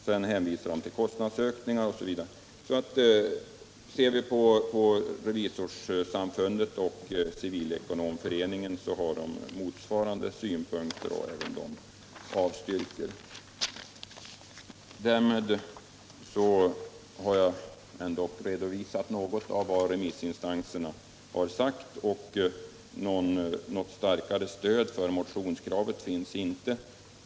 Sedan hänvisar FAR till kostnadsökningar m.m. Revisorsamfundet och Civilekonomföreningen har framfört motsvarande synpunkter och avstyrker förslaget. Jag har nu redovisat en del av vad remissinstanserna har sagt. Något starkt stöd för motionskravet finns inte.